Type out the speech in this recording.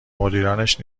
مدیرانش